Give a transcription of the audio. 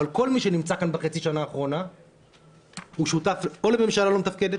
אבל כל מי שנמצא כאן בחצי השנה האחרונה שותף לממשלה לא מתפקדת